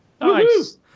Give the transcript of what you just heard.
nice